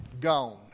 gone